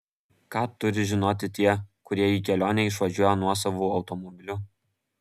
ką turi žinoti tie kurie į kelionę išvažiuoja nuosavu automobiliu